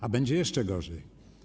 A będzie jeszcze gorzej.